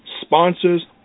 sponsors